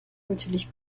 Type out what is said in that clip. natürlich